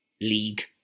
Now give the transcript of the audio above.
league